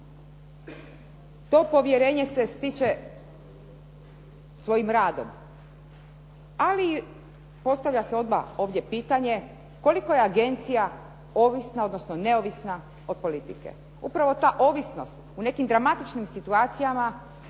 To povjerenje se stiče svojim radom, ali postavlja se odmah ovdje pitanje koliko je agencija ovisna, odnosno neovisna od politike. Upravo ta ovisnost u nekim dramatičnim situacijama